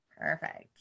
Perfect